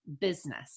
Business